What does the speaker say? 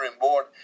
board